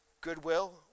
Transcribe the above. goodwill